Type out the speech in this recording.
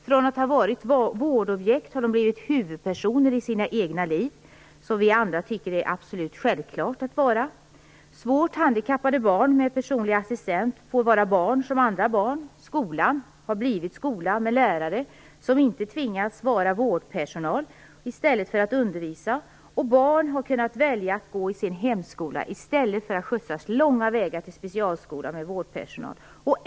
Från att ha varit vårdobjekt har de blivit huvudpersoner i sina egna liv, något som vi andra tycker det är absolut självklart att vara. Svårt handikappade barn med personlig assistent får vara barn som andra barn. Skolan har blivit skola, med lärare som inte tvingas att vara vårdpersonal i stället för att undervisa. Barn har kunnat välja att gå i sin hemskola i stället för att skjutsas långa vägar till specialskola med vårdpersonal.